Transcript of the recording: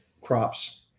crops